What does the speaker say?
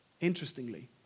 interestingly